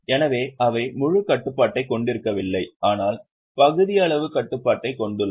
எனவே அவை முழு கட்டுப்பாட்டைக் கொண்டிருக்கவில்லை ஆனால் பகுதியளவு கட்டுப்பாட்டைக் கொண்டுள்ளன